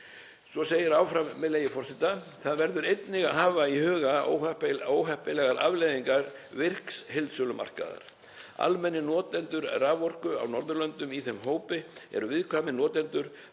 Svo segir áfram, með leyfi forseta: „Það verður einnig að hafa í huga óheppilegar afleiðingar virks heildsölumarkaðar. Almennir notendur raforku á Norðurlöndunum, í þeim hópi eru viðkvæmir notendur,